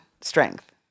strength